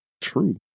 true